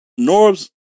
Norbs